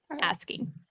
asking